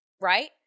right